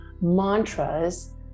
mantras